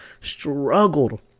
struggled